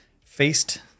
faced